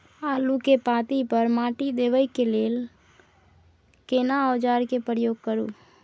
आलू के पाँति पर माटी देबै के लिए केना औजार के प्रयोग करू?